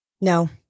No